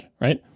right